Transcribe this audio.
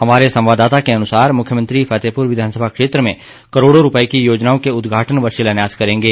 हमारे संवाददता के अनुसार मुख्यमंत्री फतेहपुर विधानसभा क्षेत्र में करोडों रूपए की योजनाओं के उद्घाटन व शिलान्यास करेंगे